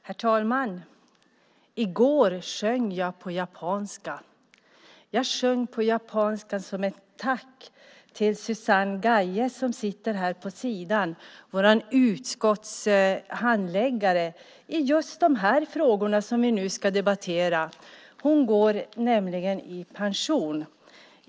Herr talman! I går sjöng jag på japanska. Jag sjöng på japanska som ett tack till Susanne Gaje, som sitter här på sidan, vår utskottshandläggare i just de frågor som vi nu ska debattera. Hon går nämligen i pension.